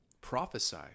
prophesy